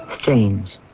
Strange